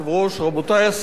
רבותי השרים,